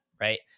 right